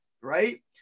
right